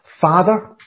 Father